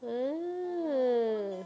ah